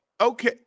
okay